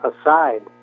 aside